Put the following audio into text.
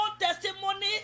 testimony